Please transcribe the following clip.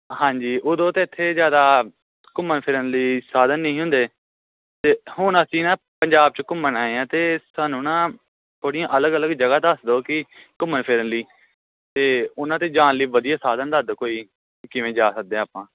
ਹਾਂਜੀ ਉਦੋਂ ਤਾਂ ਇੱਥੇ ਜ਼ਿਆਦਾ ਘੁੰਮਣ ਫਿਰਨ ਲਈ ਸਾਧਨ ਨਹੀਂ ਹੁੰਦੇ ਤੇ ਹੁਣ ਅਸੀਂ ਨਾ ਪੰਜਾਬ 'ਚ ਘੁੰਮਣ ਆਏ ਹਾਂ ਅਤੇ ਸਾਨੂੰ ਨਾ ਥੋੜ੍ਹੀਆਂ ਅਲੱਗ ਅਲੱਗ ਜਗ੍ਹਾ ਦੱਸ ਦਿਓ ਕਿ ਘੁੰਮਣ ਫਿਰਨ ਲਈ ਅਤੇ ਉਨ੍ਹਾਂ 'ਤੇ ਜਾਣ ਲਈ ਵਧੀਆ ਸਾਧਨ ਦੱਸ ਦਿਓ ਕੋਈ ਕਿਵੇਂ ਜਾ ਸਕਦੇ ਹਾਂ ਆਪਾਂ